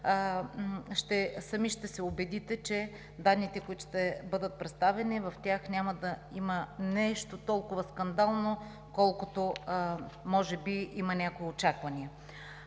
сами ще се убедите, че в данните, които ще бъдат представени, няма да има нещо толкова скандално, колкото може би има някои очаквания.